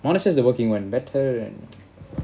honestly he is working on better and